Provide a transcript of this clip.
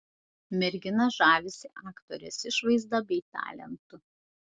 mergina žavisi aktorės išvaizda bei talentu